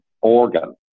organ